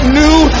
new